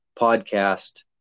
podcast